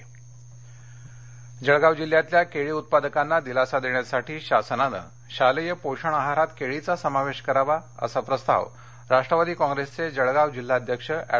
जळगाव जळगाव जिल्ह्यातल्या केळी उत्पादकांना दिलासा देण्यासाठी शासनानं शालेय पोषण आहारात केळीचा समावेश करावा असा प्रस्ताव राष्ट्रवादी कॉप्रेसचे जळगाव जिल्हाध्यक्ष ऍड